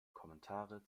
kommentare